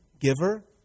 giver